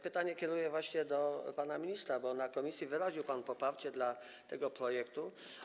Pytanie kieruję właśnie do pana ministra, bo na posiedzeniu komisji wyraził pan poparcie dla tego projektu.